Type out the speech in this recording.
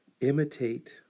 Imitate